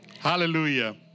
Hallelujah